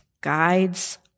guides